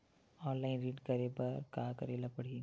Online ऋण करे बर का करे ल पड़हि?